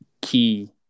key